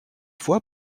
fois